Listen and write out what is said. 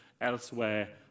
elsewhere